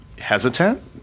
hesitant